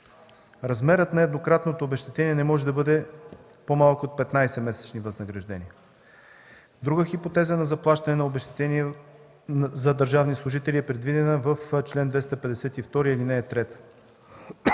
Размерът на еднократното обезщетение не може да бъде по-малко от 15 месечни възнаграждения. Друга хипотеза на заплащане на обезщетение за държавни служители е предвидена в чл. 252, ал. 3.